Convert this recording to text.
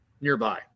nearby